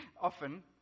often